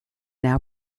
now